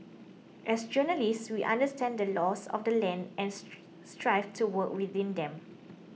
as journalists we understand the laws of the land and strive to work within them